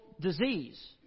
disease